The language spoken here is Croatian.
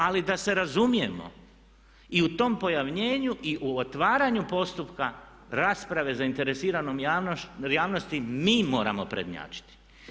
Ali da se razumijemo i u tom pojavljivanju i u otvaranju postupka rasprave zainteresiranom javnosti mi moramo prednjačiti.